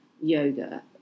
yoga